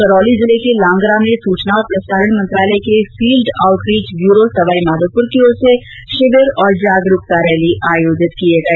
करौली जिले के लांगरा में सूचना और प्रसारण मंत्रालय के फील्ड आउटरीच ब्यूरो सवाईमाधोप्र की ओर से शिविर और जागरूकता रैली आयोजित किए गए